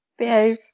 Behave